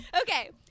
Okay